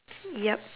yup